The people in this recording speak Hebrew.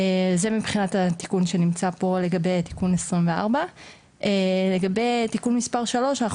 זה מבחינת התיקון שנמצא פה לגבי תיקון מס' 24. לגבי תיקון מס' 3,